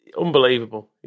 unbelievable